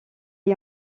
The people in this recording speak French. est